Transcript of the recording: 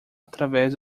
através